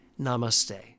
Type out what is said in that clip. Namaste